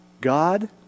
God